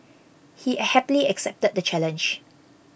he happily accepted the challenge